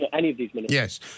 Yes